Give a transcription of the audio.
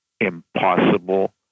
Impossible